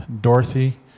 Dorothy